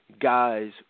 guys